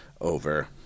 over